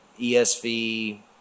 ESV